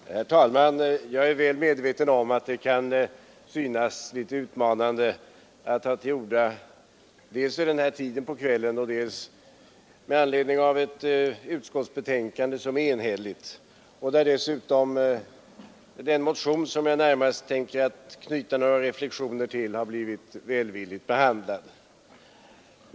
Herr talman! Jag är väl medveten om att det kan synas litet utmanande att ta till orda dels vid den här tiden på kvällen, dels med anledning av ett utskottsbetänkande som är enhälligt och när dessutom den motion som jag närmast tänker knyta några reflexioner till har blivit välvilligt behandlad.